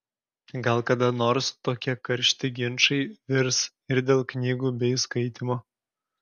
gal kada nors tokie karšti ginčai virs ir dėl knygų bei skaitymo